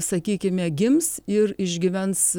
sakykime gims ir išgyvens